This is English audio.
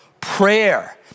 Prayer